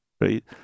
right